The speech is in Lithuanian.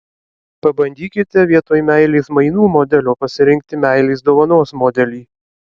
pabandykite vietoj meilės mainų modelio pasirinkti meilės dovanos modelį